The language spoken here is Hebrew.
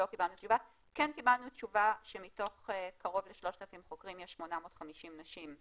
כן קיבלנו תשובה שמתוך קרוב ל-3,000 חוקרים יש 850 נשים,